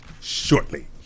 shortly